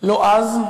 לא אז,